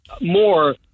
more